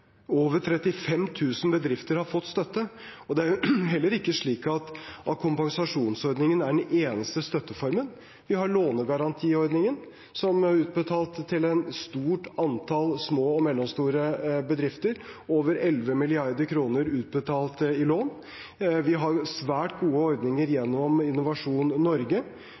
Over 35 000 bedrifter har fått støtte. Det er jo heller ikke slik at kompensasjonsordningen er den eneste støtteformen. Vi har lånegarantiordningen, som har utbetalt til et stort antall små og mellomstore bedrifter – over 11 mrd. kr utbetalt i lån. Vi har svært gode ordninger gjennom Innovasjon Norge,